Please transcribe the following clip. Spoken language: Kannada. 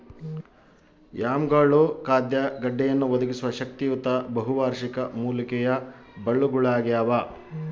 ಯಾಮ್ಗಳು ಖಾದ್ಯ ಗೆಡ್ಡೆಯನ್ನು ಒದಗಿಸುವ ಶಕ್ತಿಯುತ ಬಹುವಾರ್ಷಿಕ ಮೂಲಿಕೆಯ ಬಳ್ಳಗುಳಾಗ್ಯವ